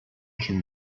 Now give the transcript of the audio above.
can